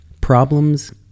problems